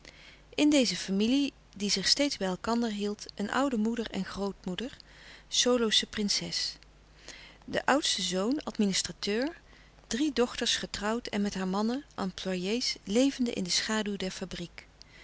in deze familie die zich steeds bij elkander hield een oude moeder en grootmoeder solosche prinses de oudste zoon administrateur drie dochters getrouwd en met haar mannen employé's levende in de schaduw der fabriek